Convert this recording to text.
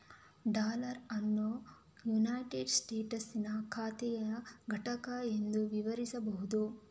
dollar ಅನ್ನು United ಸ್ಟೇಟಸ್ಸಿನ ಖಾತೆಯ ಘಟಕ ಎಂದು ವಿವರಿಸಬಹುದು